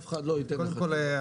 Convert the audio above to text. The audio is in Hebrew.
אף אחד לא ייתן לך תשובה.